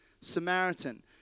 Samaritan